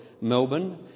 Melbourne